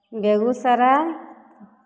Begusarai